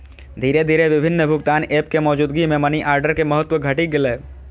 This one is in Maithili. धीरे धीरे विभिन्न भुगतान एप के मौजूदगी मे मनीऑर्डर के महत्व घटि गेलै